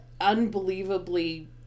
unbelievably